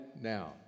now